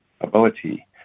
ability